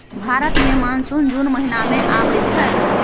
भारत मे मानसून जुन महीना मे आबय छै